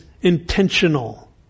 intentional